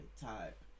type